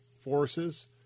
forces